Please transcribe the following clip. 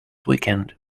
weekend